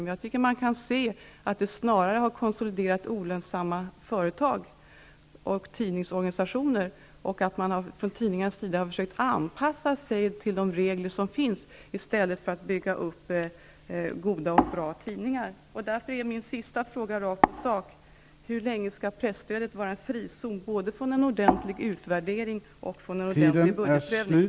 Man kan dock säga att det snarare har konsoliderat olönsamma företag och tidningsorganisationer och att man från tidningarnas sida har försökt anpassa sig till de regler som finns i stället för att bygga upp goda och bra tidningar. Därför är min sista fråga rakt på sak: Hur länge skall presstödet vara frizon från en ordentlig utvärdering och en ordentlig budgetprövning?